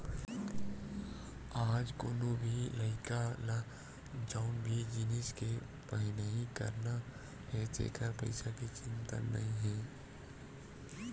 आज कोनो भी लइका ल जउन भी जिनिस के पड़हई करना हे तेखर पइसा के चिंता नइ हे